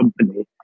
company